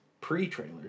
pre-trailer